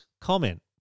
comment